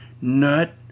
nut